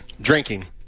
drinking